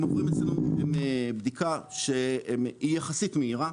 הם עוברים בדיקה שהיא יחסית מהירה,